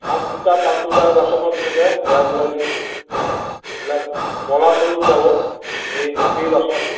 পাঁচ লিটাৰ পাঁচ লিটাৰ বাচনত এনেকে ভৰাই পেলাই দিম এইবিলাক মলা চৰুত যাব এই মাটিৰ বাচন